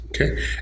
Okay